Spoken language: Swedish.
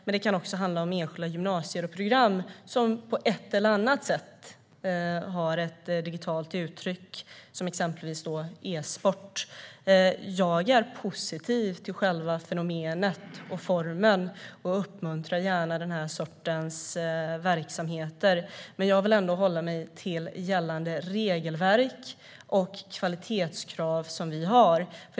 Men det kan också handla om enskilda gymnasier och program som på ett eller annat sätt har ett digitalt uttryck, exempelvis e-sport. Jag är positiv till själva fenomenet och formen och uppmuntrar gärna den sortens verksamheter, men jag vill ändå hålla mig till gällande regelverk och de kvalitetskrav som vi har.